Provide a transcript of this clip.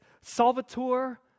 salvator